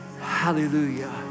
hallelujah